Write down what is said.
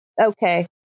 okay